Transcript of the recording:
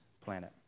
planet